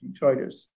Detroiters